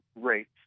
rates